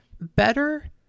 better